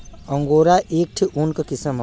angora एक ठे ऊन क किसम हौ